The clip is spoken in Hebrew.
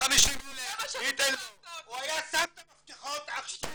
קם עכשיו --- הוא היה שם את המפתחות עכשיו